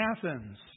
Athens